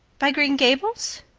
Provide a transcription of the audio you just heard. buy green gables?